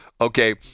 Okay